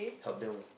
help them lah